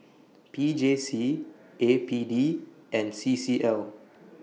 P J C A P D and C C L